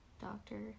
doctor